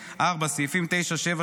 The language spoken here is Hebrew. (4) סעיפים 9(7),